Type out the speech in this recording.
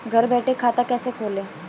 घर बैठे खाता कैसे खोलें?